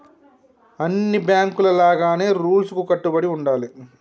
అన్ని బాంకుల లాగానే రూల్స్ కు కట్టుబడి ఉండాలి